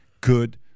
good